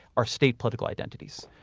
are state political identities,